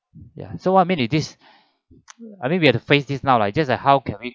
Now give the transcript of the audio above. ya so what I mean is this I think we have to face this now like just like how can we